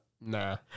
Nah